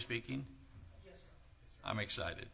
speaking i'm excited